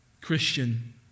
Christian